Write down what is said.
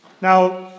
Now